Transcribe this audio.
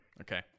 Okay